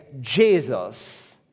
Jesus